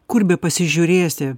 kur bepasižiūrėsi